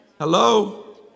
Hello